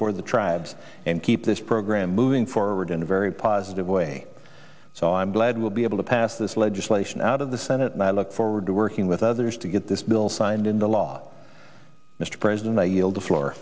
for the tribe and keep this program moving forward in a very positive way so i'm glad we'll be able to pass this legislation out of the senate and i look forward to working with others to get this bill signed into law mr president i yield the floor